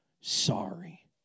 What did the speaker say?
sorry